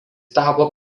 tapo